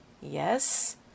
Yes